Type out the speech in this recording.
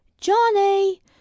johnny